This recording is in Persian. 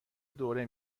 دوره